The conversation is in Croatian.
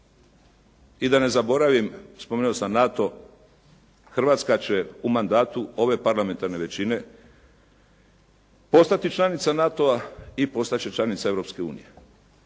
i da ne zaboravim, spomenuo sam NATO, Hrvatska će u mandatu ove parlamentarne većine postati članica NATO-a i postati će članica